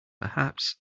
perhaps